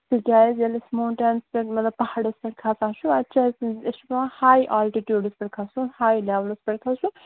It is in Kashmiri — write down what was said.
تِکیٛازِ ییٚلہِ أسۍ ماوٹینَس پٮ۪ٹھ مطلب پہاڑَس پٮ۪ٹھ کھسان چھُ اَتہِ چھُ اَسہِ چھُ پٮ۪وان ہاے آلٹِٹیٛوٗڈَس پٮ۪ٹھ کھَسُن ہاے لیولَس پٮ۪ٹھ کھسُن